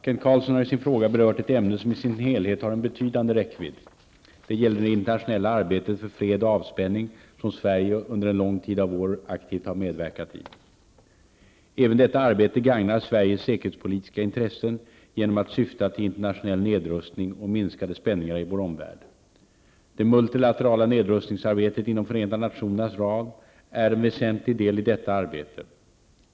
Kent Carlsson har i sin fråga berört ett ämne som i sin helhet har en betydande räckvidd. Det gäller det internationella arbetet för fred och avspänning, som Sverige under en lång tid aktivt medverkat i. Även detta arbete gagnar Sveriges säkerhetspolitiska intressen genom att syfta till internationell nedrustning och minskade spänningar i vår omvärld. Det multilaterala nedrustningsarbetet inom Förenta nationernas ram är en väsentlig del i detta arbete.